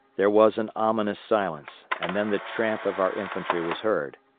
there was an ominous silence and then the tramp of our infantry was heard.